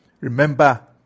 remember